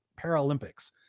Paralympics